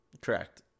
Correct